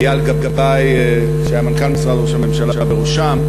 אייל גבאי, שהיה מנכ"ל משרד ראש הממשלה, בראשם,